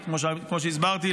כמו שהסברתי,